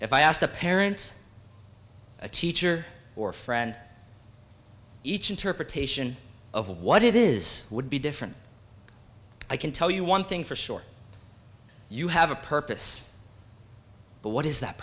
if i asked a parent a teacher or friend each interpretation of what it is would be different i can tell you one thing for sure you have a purpose but what is that